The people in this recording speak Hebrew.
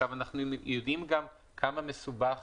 ואנחנו יודעים גם כמה מסובך